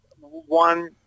one